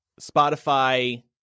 Spotify